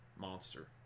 monster